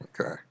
Okay